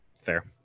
fair